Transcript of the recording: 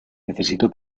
necesito